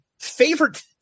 favorite